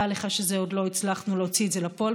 דע לך שעוד לא הצלחנו להוציא את זה לפועל,